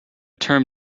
term